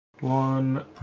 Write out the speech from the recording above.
One